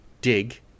dig